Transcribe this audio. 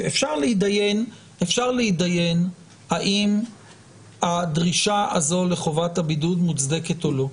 אפשר להתדיין האם הדרישה הזו לחובת הבידוד מוצדקת או לא.